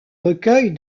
recueils